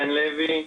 חן לוי,